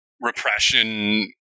repression